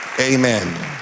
Amen